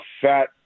fat